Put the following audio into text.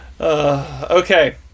Okay